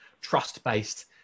trust-based